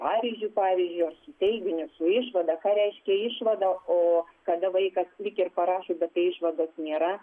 pavyzdžių pavyzdžiu ar su teiginiu su išvada ką reiškia išvada o kada vaikas lyg ir parašo bet tai išvados nėra